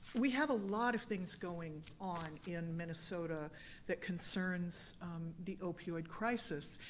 we have a lot of things going on in minnesota that concerns the opioid crisis.